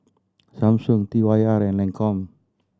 Samsung T Y R and Lancome